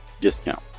discount